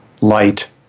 light